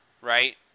Right